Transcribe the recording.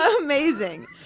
Amazing